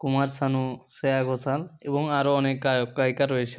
কুমার শানু শেয়া ঘোষাল এবং আরো অনেক গায়ক গায়িকা রয়েছে